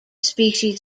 species